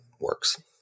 works